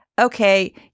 okay